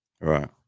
right